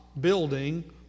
building